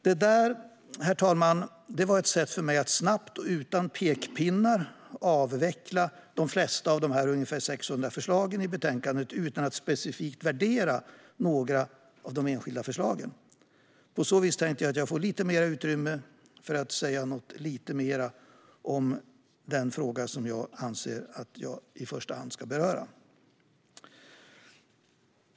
Det där var, herr talman, ett sätt för mig att snabbt och utan pekpinnar avverka de flesta av de ungefär 600 förslagen i betänkandet utan att specifikt värdera några av de enskilda förslagen. På så vis tänkte jag att jag får lite mer utrymme för att säga något lite mer om den fråga jag anser att jag i första hand ska beröra.